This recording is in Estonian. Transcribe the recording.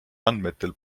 andmetel